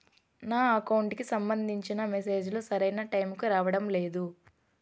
నా అకౌంట్ కి సంబంధించిన మెసేజ్ లు సరైన టైముకి రావడం లేదు